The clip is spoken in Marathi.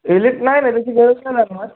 एलित नाही नाही त्याची गरज नाही लागणार